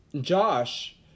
Josh